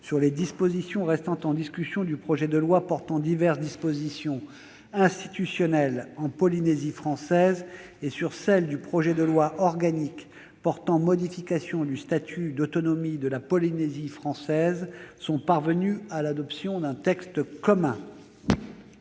sur les dispositions restant en discussion du projet de loi portant diverses dispositions institutionnelles en Polynésie française et sur celles du projet de loi organique portant modification du statut d'autonomie de la Polynésie française sont parvenues à l'adoption d'un texte commun.